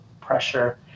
pressure